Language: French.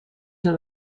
d’un